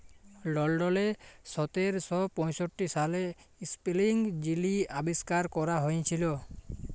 লল্ডলে সতের শ পঁয়ষট্টি সালে ইস্পিলিং যিলি আবিষ্কার ক্যরা হঁইয়েছিল